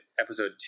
episode